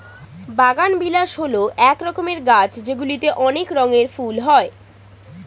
বাগানবিলাস হল এক রকমের গাছ যেগুলিতে অনেক রঙের ফুল হয়